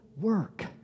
work